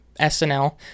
SNL